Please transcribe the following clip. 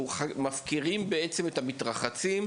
ולמעשה אחרי שעה מסוימת מפקירים את המתרחצים.